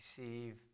receive